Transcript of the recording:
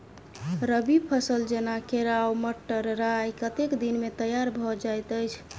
रबी फसल जेना केराव, मटर, राय कतेक दिन मे तैयार भँ जाइत अछि?